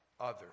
others